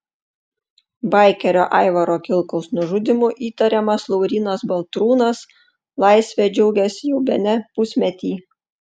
baikerio aivaro kilkaus nužudymu įtariamas laurynas baltrūnas laisve džiaugiasi jau bene pusmetį